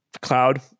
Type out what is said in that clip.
cloud